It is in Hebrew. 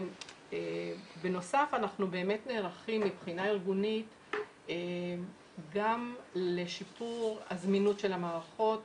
בנוסף אנחנו באמת נערכים מבחינה ארגונית גם לשיפור הזמינות של המערכות,